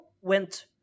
went